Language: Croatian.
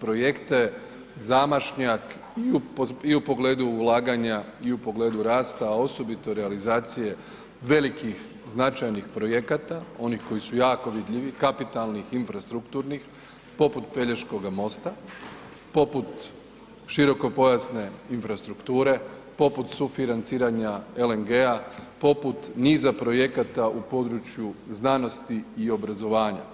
projekte zamašnjak i u pogledu ulaganja i u pogledu rasta a osobito realizacije velikih značajnih projekata, onih koji su jako vidljivi, kapitalnih, infrastrukturnih, poput Pelješkoga mosta, poput široko-pojasne infrastrukture, poput sufinanciranja LNG-a, poput niza projekata u području znanosti i obrazovanja.